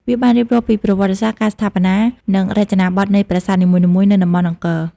វាបានរៀបរាប់ពីប្រវត្តិសាស្ត្រ ការស្ថាបនា និងរចនាបថនៃប្រាសាទនីមួយៗនៅតំបន់អង្គរ។